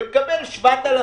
ומקבל 7,000,